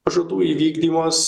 pažadų įvykdymas